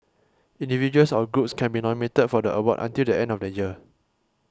individuals or groups can be nominated for the award until the end of the year